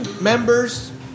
members